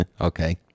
Okay